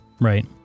right